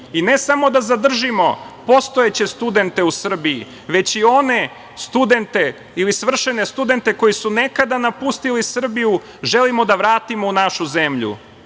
ne samo da zadržimo postojeće studente u Srbiji, već i one studente ili svršene studente koji su nekada napustili Srbiju, želimo da vratimo u našu zemlju.Bečki